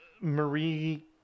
Marie